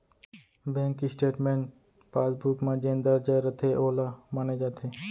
bank statement passbook म जेन दर्ज रथे वोला माने जाथे